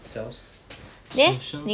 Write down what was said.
小小声